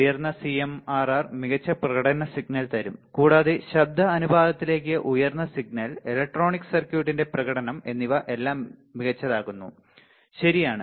ഉയർന്ന സിഎംആർആർ മികച്ച പ്രകടന സിഗ്നൽ തരും കൂടാതെ ശബ്ദ അനുപാതത്തിലേക്ക് ഉയർന്ന സിഗ്നൽ ഇലക്ട്രോണിക് സർക്യൂട്ടിന്റെ പ്രകടനം എന്നിവ എല്ലാം മികച്ചതാക്കുന്നു ശരിയാണ്